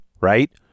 Right